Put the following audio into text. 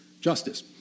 justice